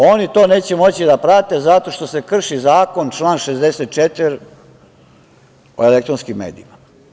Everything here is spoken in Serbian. Oni to neće moći da prate zato što se krši Zakon član 64. o elektronskim medijima.